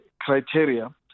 criteria